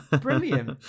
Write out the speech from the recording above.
brilliant